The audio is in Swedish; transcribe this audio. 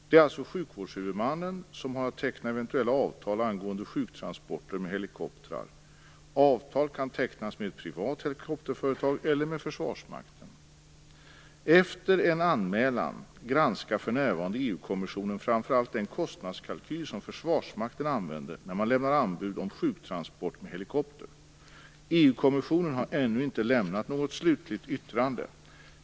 Det är alltså sjukvårdshuvudmannen som har att teckna eventuella avtal angående sjuktransporter med helikopter. Avtal kan tecknas med ett privat helikopterföretag eller med Efter en anmälan granskar för närvarande EU kommissionen framför allt den kostnadskalkyl som Försvarsmakten använder när man lämnar anbud om sjuktransport med helikopter. EU-kommissionen har ännu inte lämnat något slutligt yttrande.